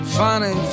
funny